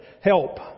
help